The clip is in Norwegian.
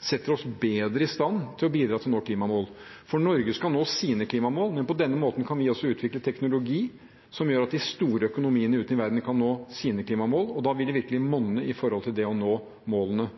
setter oss bedre i stand til å bidra til å nå klimamål, for Norge skal nå sine klimamål, men på denne måten kan vi også utvikle teknologi som gjør at de store økonomiene ute i verden kan nå sine klimamål, og da vil det virkelig monne når det gjelder det å nå